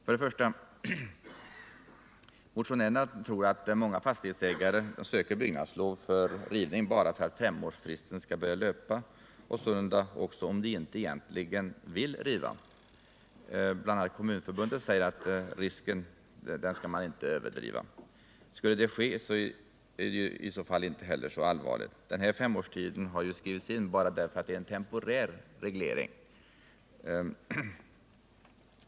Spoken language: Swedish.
Först och främst: Motionärerna tror att många fastighetsägare söker byggnadslov för rivning bara för att femårsfristen skall börja löpa, sålunda också om de egentligen inte vill riva. Bl. a. Kommunförbundet säger att den risken inte skall överdrivas. Skulle det ske i något fall, är det väl inte heller så allvarligt. Femårsfristen har skrivits in bara därför att det är en temporär reglering.